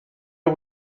are